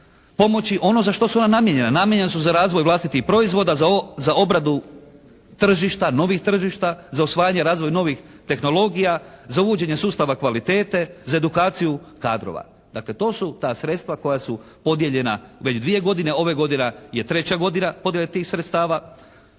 pomoći ono za što su ona namijenjena. Namijenjena su za razvoj vlastitih proizvoda, za obradu tržišta, novih tržišta, za usvajanje razvoja novih tehnologija, za uvođenje sustava kvalitete, za edukaciju kadrova. Dakle to su ta sredstva koja su podijeljena već dvije godine. Ova godina je treća godina podjele tih sredstava.